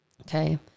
okay